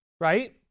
right